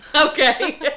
Okay